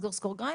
סגור סוגריים.